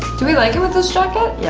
do we like it with this jacket? yeah.